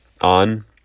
on